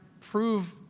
prove